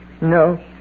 No